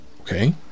okay